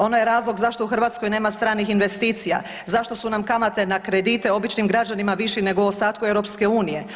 Ono je razlog zašto u Hrvatskoj nema stranih investicija, zašto su nam kamate na kredite te običnim građanima viši nego u ostatku EU.